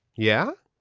yeah